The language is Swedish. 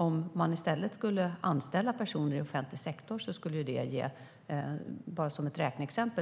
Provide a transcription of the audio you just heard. Om man i stället skulle anställa personer i offentlig sektor